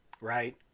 right